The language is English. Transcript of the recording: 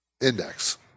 index